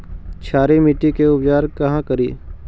क्षारीय मिट्टी के उपचार कहा करी?